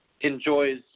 enjoys